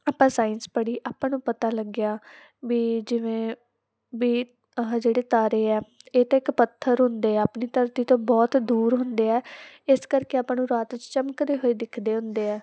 ਆਪਾਂ ਸਾਇੰਸ ਪੜੀ ਆਪਾਂ ਨੂੰ ਪਤਾ ਲੱਗਿਆ ਵੀ ਜਿਵੇਂ ਵੀ ਆਹ ਜਿਹੜੇ ਤਾਰੇ ਆ ਇਹ ਤਾਂ ਇੱਕ ਪੱਥਰ ਹੁੰਦੇ ਆ ਆਪਣੀ ਧਰਤੀ ਤੋਂ ਬਹੁਤ ਦੂਰ ਹੁੰਦੇ ਆ ਇਸ ਕਰਕੇ ਆਪਾਂ ਨੂੰ ਰਾਤ 'ਚ ਚਮਕਦੇ ਹੋਏ ਦਿਖਦੇ ਹੁੰਦੇ ਆ